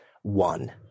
one